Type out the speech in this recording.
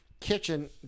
Kitchen